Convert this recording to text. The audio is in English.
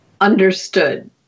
Understood